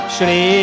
Shri